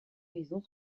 maisons